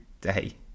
day